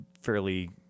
fairly